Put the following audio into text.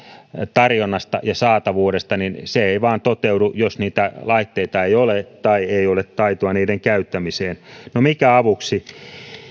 tarjonnasta ja saatavuudesta niin se ei vain toteudu jos niitä laitteita ei ole tai ei ole taitoa niiden käyttämiseen no mikä avuksi